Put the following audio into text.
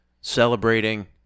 Celebrating